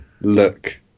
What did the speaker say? look